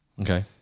Okay